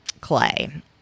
Clay